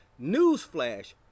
Newsflash